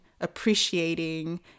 appreciating